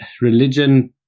religion